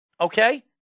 okay